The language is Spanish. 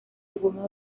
algunos